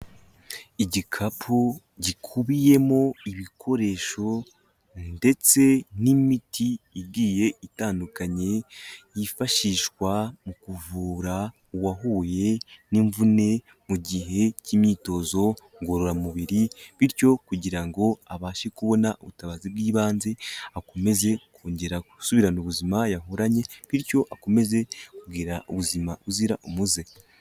Igikapu gikubiyemo ibikoresho ndetse n'imiti igiye itandukanye yifashishwa mu kuvura uwahuye n'imvune mu gihe cy'imyitozo ngororamubiri. Bityo kugira ngo abashe kubona ubutabazi bw'ibanze, akomeze kongera gusubirana ubuzima yahoranye. Bityo akomeze kugira ubuzima buzira umuze.